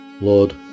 Lord